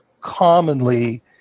commonly